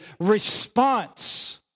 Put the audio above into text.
response